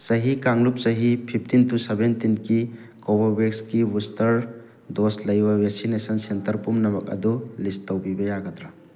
ꯆꯍꯤ ꯀꯥꯡꯂꯨꯞ ꯆꯍꯤ ꯐꯤꯞꯇꯤꯟ ꯇꯨ ꯁꯕꯦꯟꯇꯤꯟꯀꯤ ꯀꯣꯕꯣꯕꯦꯛꯁꯀꯤ ꯕꯨꯁꯇꯔ ꯗꯣꯖ ꯂꯩꯕ ꯕꯦꯛꯁꯤꯅꯦꯁꯟ ꯁꯦꯟꯇꯔ ꯄꯨꯝꯅꯃꯛ ꯑꯗꯨ ꯂꯤꯁ ꯇꯧꯕꯤꯕ ꯌꯥꯒꯗ꯭ꯔꯥ